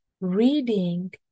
reading